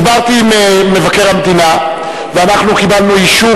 דיברתי עם מבקר המדינה ואנחנו קיבלנו אישור